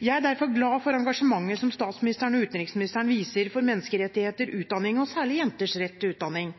Jeg er derfor glad for engasjementet statsministeren og utenriksministeren viser for menneskerettigheter, utdanning og særlig jenters rett til utdanning.